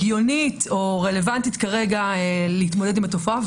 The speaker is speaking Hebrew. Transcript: הגיונית או רלוונטית כרגע להתמודד עם התופעה.